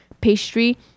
pastry